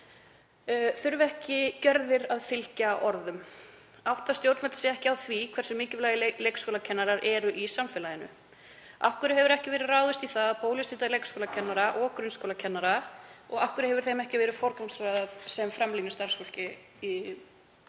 Þurfa ekki gjörðir að fylgja orðum? Átta stjórnvöld sig ekki á því hversu mikilvægir leikskólakennarar eru í samfélaginu? Af hverju hefur ekki verið ráðist í það að bólusetja leikskólakennara og grunnskólakennara og af hverju hefur þeim ekki verið forgangsraðað sem framlínustarfsfólki núna?